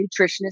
nutritionist